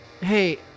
Hey